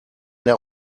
der